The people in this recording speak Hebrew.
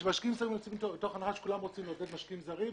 אנחנו יוצאים מתוך הנחה שכולם רוצים לעודד משקיעים זרים.